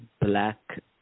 black